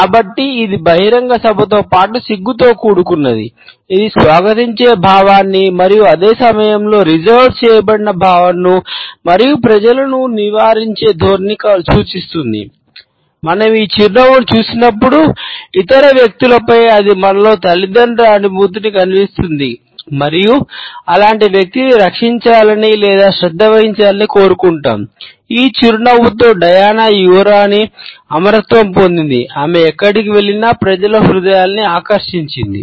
కాబట్టి ఇది బహిరంగతతో పాటు సిగ్గుతో కూడుకున్నది ఇది స్వాగతించే భావాన్ని మరియు అదే సమయంలో రిజర్వ్ యువరాణి అమరత్వం పొందింది ఆమె ఎక్కడికి వెళ్లినా ప్రజల హృదయాలను ఆకర్షించింది